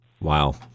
Wow